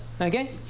okay